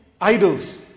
idols